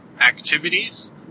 activities